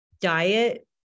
diet